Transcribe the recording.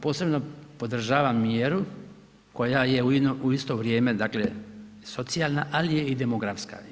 Posebno podržavam mjeru koja je u isto vrijeme dakle socijalna ali je i demografska.